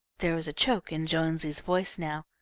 there was a choke in jonesy's voice now.